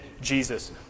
Jesus